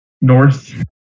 north